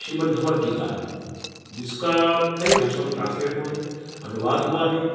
श्रीमद्भगवद्गीता जिसका कई भाषाओं में ट्रांसलेट हुआ है अनुवाद हुआ है